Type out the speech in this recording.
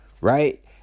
right